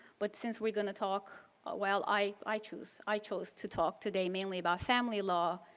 but since we're going to talk well, i choose i chose to talk today mainly about family law,